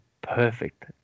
perfect